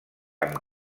amb